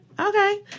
Okay